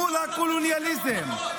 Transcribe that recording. מול הקולוניאליזם,